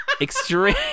extreme